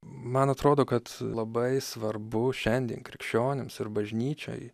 man atrodo kad labai svarbu šiandien krikščionims ir bažnyčiai